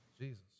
Jesus